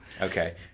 Okay